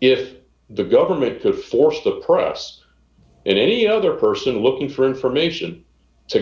if the government could force the press and any other person looking for information to